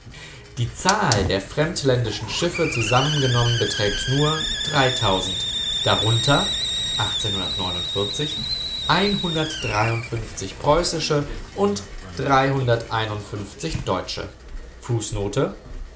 die zahl der fremdländischen schiffe zusammengenommen beträgt nur darunter preußische und